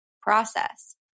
process